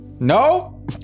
No